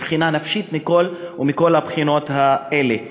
מבחינה נפשית ומכל הבחינות האלה?